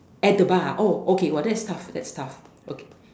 at the bar ah oh okay that's tough that's tough okay